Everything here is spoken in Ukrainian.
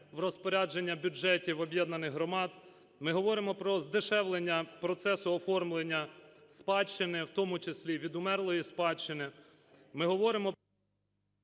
в розпорядження бюджетів об'єднаних громад, ми говоримо про здешевлення процесу оформлення спадщини, в тому числі, відумерлої спадщини, ми говоримо…